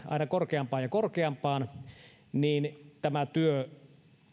aina korkeampaan ja korkeampaan työllisyysasteeseen tämä työ